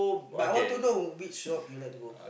but I want to know which shop you like to go